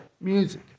music